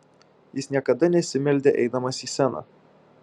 jis niekada nesimeldė eidamas į sceną